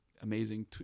amazing